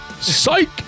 Psych